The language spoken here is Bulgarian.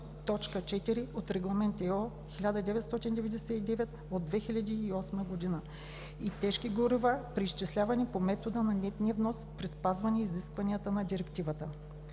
от Регламент (ЕО) № 1099/2008 г., и тежки горива при изчисляване по метода на нетния внос, при спазване изискванията на Директивата.